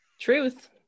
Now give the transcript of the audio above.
Truth